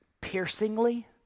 Piercingly